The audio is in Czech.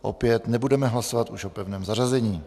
Opět, nebudeme už hlasovat o pevném zařazení.